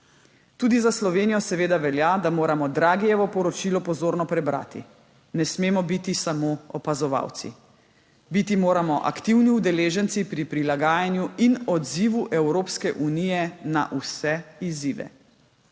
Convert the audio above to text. Tudi za Slovenijo seveda velja, da moramo Draghijevo poročilo pozorno prebrati. Ne smemo biti samo opazovalci. Biti moramo aktivni udeleženci pri prilagajanju in odzivu Evropske unije na vse izzive.